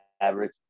average